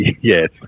Yes